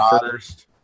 first